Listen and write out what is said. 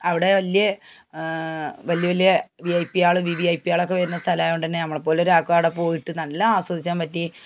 അവിടെ വലിയ വലിയ വലിയ വി ഐ പികള് വി വി ഐ പികളൊക്കെ വരുന്ന സ്ഥലമായോണ്ടെന്നെ നമ്മളെ പോലെ ഒരാള്ക്ക് അവിടെ പോയിട്ട് നല്ല ആസ്വദിച്ചാൻ പറ്റി